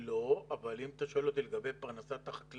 לא, אבל אם אתה שואל אותי לגבי פרנסת החקלאים,